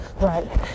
Right